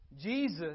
Jesus